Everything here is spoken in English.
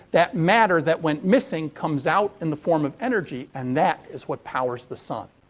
that matter that went missing comes out in the form of energy, and that is what powers the sun.